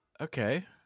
Okay